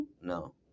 no